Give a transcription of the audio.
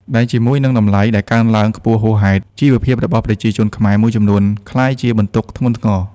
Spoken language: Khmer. ដែលជាមួយនឹងតម្លៃដែលកើនឡើងខ្ពស់ហួសហេតុ ជីវភាពរបស់ប្រជាជនខ្មែរមួយចំនួនក្លាយជាបន្ទុកធ្ងន់ធ្ងរ។